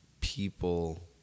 people